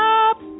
up